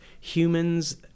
humans